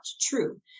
true